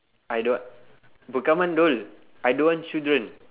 I don't w~ bukan mandul I don't want children